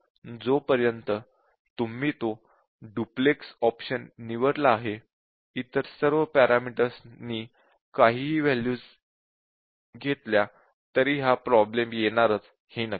म्हणून जोपर्यंत तुम्ही तो डुप्लेक्स ऑप्शन निवडला आहे इतर सर्व पॅरामीटर्स ना काहीही वॅल्यूज असल्या तरी प्रॉब्लेम हा येणारच हे नक्की